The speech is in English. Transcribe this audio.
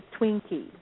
Twinkie